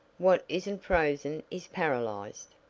what isn't frozen is paralyzed.